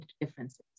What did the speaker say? differences